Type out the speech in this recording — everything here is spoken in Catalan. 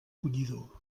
collidor